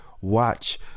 watch